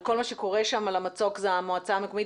כל מה שקורה שם למצוק זה המועצה המקומית,